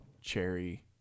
cherry